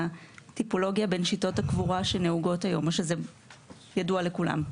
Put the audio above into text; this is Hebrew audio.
הטיפולוגיה בין שיטות הקבורה הנהוגות היום או שזה ידוע לכולם?